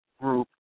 group